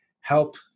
help